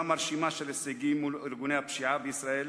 מרשימה של הישגים מול ארגוני הפשיעה בישראל,